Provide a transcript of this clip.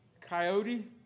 Coyote